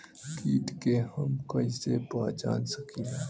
कीट के हम कईसे पहचान सकीला